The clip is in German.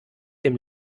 dem